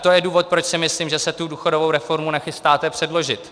To je důvod, proč si myslím, že se důchodovou reformu nechystáte předložit.